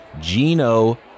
Gino